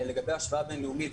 לגבי השוואה בין-לאומית,